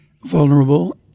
vulnerable